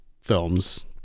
films